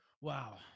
Wow